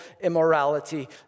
immorality